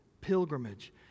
pilgrimage